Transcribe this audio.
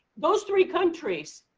those three countries,